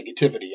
negativity